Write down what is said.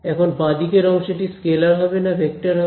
এখন বাঁ দিকের অংশটি স্কেলার হবে না ভেক্টর হবে